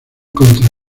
contra